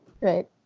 Right